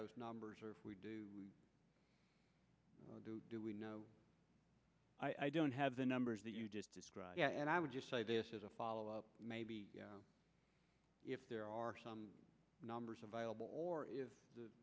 those numbers or if we do do do we know i don't have the numbers that you just described and i would just say this as a follow up maybe if there are some numbers available or is the